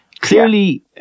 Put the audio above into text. Clearly